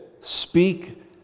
speak